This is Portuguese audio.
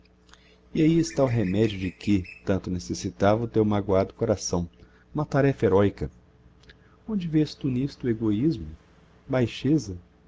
e ahi está o remedio de que tanto necessitava o teu magoado coração uma tarefa heroica onde vês tu n'isto egoismo baixeza